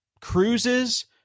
cruises